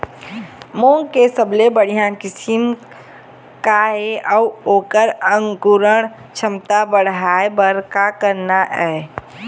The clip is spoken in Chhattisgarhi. मूंग के सबले बढ़िया किस्म का ये अऊ ओकर अंकुरण क्षमता बढ़ाये बर का करना ये?